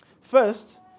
First